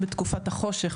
בתקופת החושך,